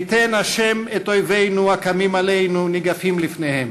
ייתן ה' את אויבינו הקמים עלינו ניגפים לפניהם.